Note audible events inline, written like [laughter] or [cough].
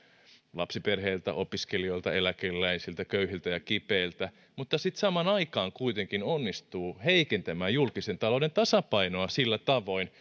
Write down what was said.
lapsiperheiltä opiskelijoilta eläkeläisiltä köyhiltä ja kipeiltä mutta sitten samaan aikaan kuitenkin onnistuu heikentämään julkisen talouden tasapainoa sillä tavoin [unintelligible]